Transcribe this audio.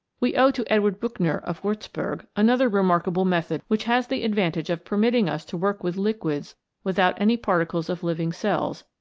we owe to edward buchner, of wiirzburg, another remarkable method which has the ad vantage of permitting us to work with liquids without any particles of living cells,